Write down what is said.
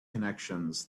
connections